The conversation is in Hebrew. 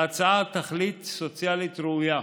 להצעה תכלית סוציאלית ראויה.